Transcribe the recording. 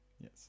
yes